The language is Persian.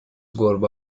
گربه